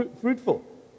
fruitful